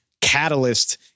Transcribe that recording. catalyst